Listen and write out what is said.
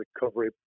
recovery